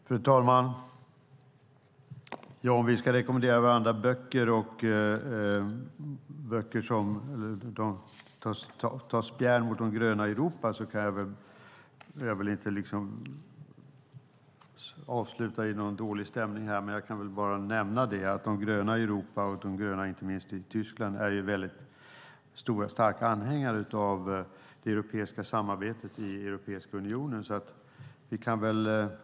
Fru talman! Om vi ska rekommendera varandra böcker och ta spjärn mot De gröna i Europa vill jag liksom inte avsluta i någon dålig stämning, men jag kan väl bara nämna att De gröna i Europa och inte minst i Tyskland är väldigt stora och starka anhängare av det europeiska samarbetet i Europeiska unionen.